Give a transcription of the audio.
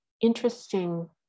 interesting